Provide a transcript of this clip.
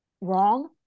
wrong